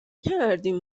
کردیم